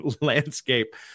landscape